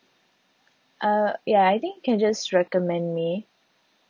uh ya I think can just recommend me